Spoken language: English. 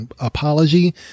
apology